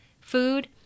food